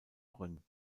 brünn